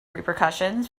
repercussions